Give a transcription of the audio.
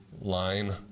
line